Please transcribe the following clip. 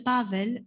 Pavel